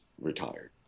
retired